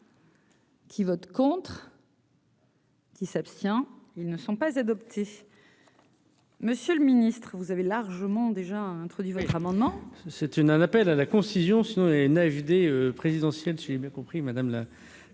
Qui vote contre. Qui s'abstient, ils ne sont pas adoptés, Monsieur le Ministre, vous avez largement déjà introduit votre amendement. C'est une l'appel à la concision sinon et neige des présidentielles suivis bien compris, madame la